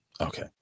Okay